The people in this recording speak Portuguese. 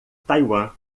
taiwan